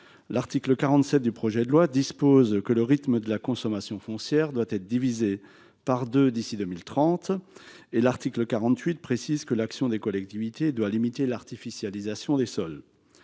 L'article 47 de ce projet de loi dispose que le rythme de la consommation foncière doit être divisé par deux d'ici à 2030 ; son article 48 précise que l'action des collectivités doit limiter l'artificialisation des sols.